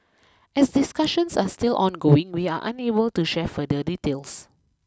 as discussions are still ongoing we are unable to share further details